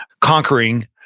conquering